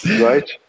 Right